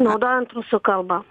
naudojant rusų kalbą